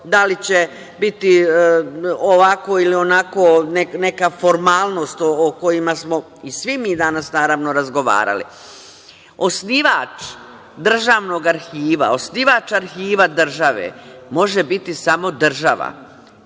da li će biti ovako ili onako neka formalnost o kojima smo i svi mi, naravno, razgovarali. Osnivač državnog arhiva, osnivač arhiva države može biti samo država.